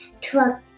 truck